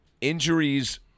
injuries